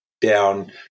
down